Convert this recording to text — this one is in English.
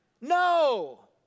No